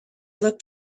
looked